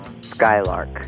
skylark